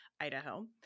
idaho